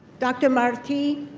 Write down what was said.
dr. marti,